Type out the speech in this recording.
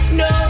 no